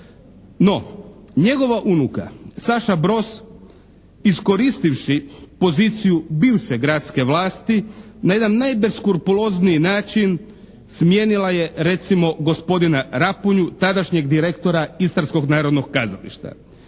No, njegova unuka, Saša Broz iskoristivši poziciju bivše gradske vlasti na jedan najbeskrupulozniji način smijenila je recimo gospodina Raponju, tadašnjeg direktora Istarskog narodnog kazališta.